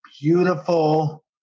beautiful